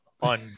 on